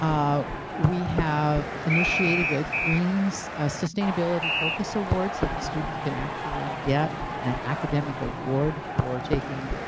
um ah we have initiated a greens sustainability focus award so that students can actually get an academic award for taking